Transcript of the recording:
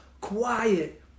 quiet